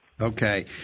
Okay